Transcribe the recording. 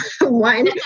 one